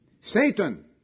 Satan